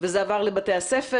אני לא רוצה לבוא בטענות,